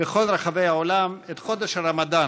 הצעת חוק קליטת חיילים משוחררים (תיקון,